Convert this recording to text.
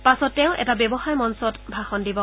পাছত তেওঁ এটা ব্যৱসায় মঞ্চত ভাষণ দিব